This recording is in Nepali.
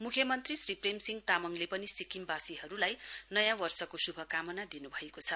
मुख्यमन्त्री श्री प्रेमसिंह तामाङले सिक्किमवासीहरूलाई नयाँ वर्षको शुभकामना दिनुभएको छ